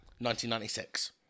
1996